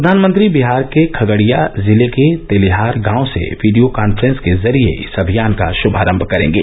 प्रधानमंत्री बिहार के खगड़िया जिले के तेलीहार गांव से वीडियो कांफ्रेंस के जरिए इस अभियान का शुभारंभ करेंगे